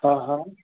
हा हा